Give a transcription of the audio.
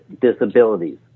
disabilities